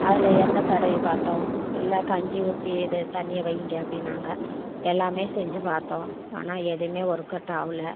அதில் எண்ணெ தடவி பார்த்தோம் இல்லை கஞ்சி ஊரி இது தண்ணியை வையிங்க அப்படின்னாங்க எல்லாமே செஞ்சு பார்த்தோம் ஆனால் எதுவுமே ஒர்க்அவுட் ஆகல